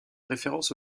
référence